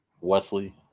Wesley